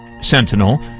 Sentinel